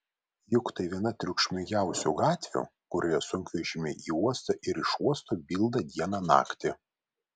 juk tai viena triukšmingiausių gatvių kurioje sunkvežimiai į uostą ir iš uosto bilda dieną naktį